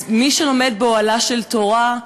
אז מי שלומד באוהלה של תורה,